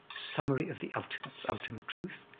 summary of the ultimates, ultimate truth,